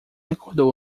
acordou